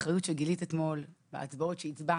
החולים באים על חשבון הקהילה והקהילה